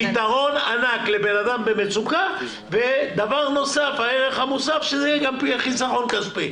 פתרון ענק לאדם במצוקה והערך המוסף זה גם חסכון כסף.